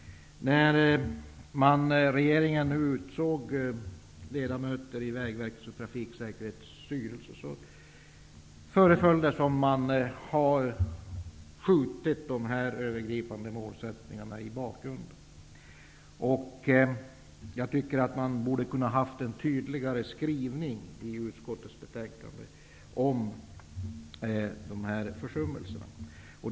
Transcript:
Trafiksäkerhetsverkets styrelser föreföll det som om man har skjutit dessa övergripande målsättningar i bakgrunden. Jag tycker att det kunde ha varit en tydligare skrivning i utskottets betänkande om dessa försummelser.